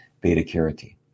beta-carotene